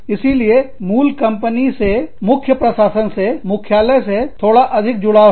इसीलिए मूल कंपनी से मुख्य प्रशासन से मुख्यालय से थोड़ा अधिक जुड़ाव है